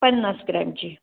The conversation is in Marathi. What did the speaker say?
पन्नास ग्रॅमची